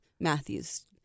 Matthew's